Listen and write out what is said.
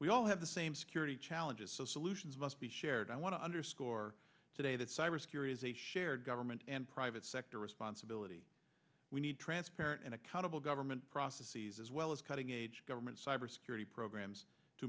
we all have the same security challenges so solutions must be shared i want to underscore today that cyber security is a shared government and private sector responsibility we need transparent and accountable government processes as well as cutting age government cybersecurity programs to